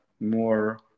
more